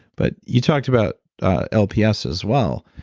but you talked about lps as well.